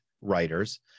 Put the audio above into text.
writers